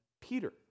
Peter